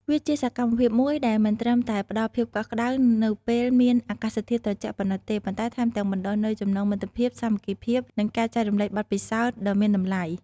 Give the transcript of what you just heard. វាជាសកម្មភាពមួយដែលមិនត្រឹមតែផ្ដល់ភាពកក់ក្ដៅ នៅពេលមានអាកាសធាតុត្រជាក់ប៉ុណ្ណោះទេ ប៉ុន្តែថែមទាំងបណ្ដុះនូវចំណងមិត្តភាព សាមគ្គីភាព និងការចែករំលែកបទពិសោធន៍ដ៏មានតម្លៃ។